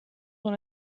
dans